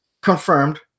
confirmed